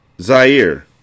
Zaire